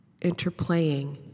interplaying